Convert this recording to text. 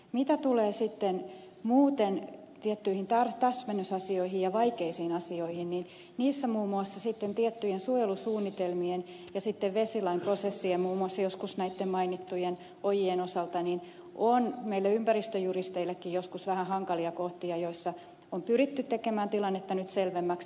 mitä sitten muuten tulee tiettyihin täsmennysasioihin ja vaikeisiin asioihin niin niissä muun muassa tiettyjen suojelusuunnitelmien ja vesilain prosessien muun muassa joskus näitten mainittujen ojien osalta on meille ympäristöjuristeillekin joskus vähän hankalia kohtia joiden suhteen on pyritty tekemään tilannetta nyt selvemmäksi